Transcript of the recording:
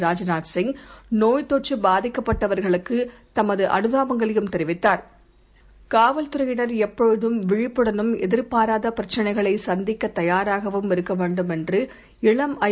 Rajnath Singh நோய்த்தொற்றுபாதிக்கப்பட்டவர்களுக்குதமதுஅனுதாபங்களையும்தெரிவித்தார் காவல்துறையினர்எப்போதும்விழிப்புடனும் எதிர்பாராதபிரச்னைகளைசந்திக்கதயாராகவும்இருக்கவேண்டும்என்றுஇளம்ஐ